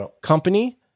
company